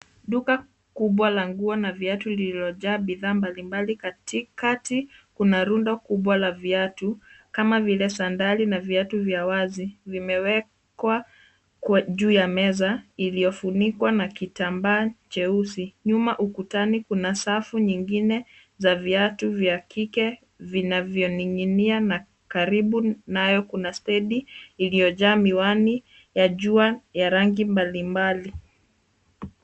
Duka kubwa la nguo na viatu lililojaa bidhaa mbalimbali. Katikati kuna rundo kubwa la viatu kama vile sandali na viatu vya wazi. Vimewekwa juu ya meza iliyofunikwa na kitambaa cheusi. Nyuma ukutani, kuna safu nyingine za viatu vya kike vinanavyoning'inia na karibu nayo kuna stedi iliyojaa miwani ya jua ya rangi mbalimbali.